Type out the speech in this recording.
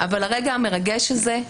אבל הרגע המרגש הזה,